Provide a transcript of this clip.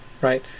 right